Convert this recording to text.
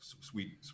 sweet